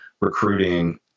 recruiting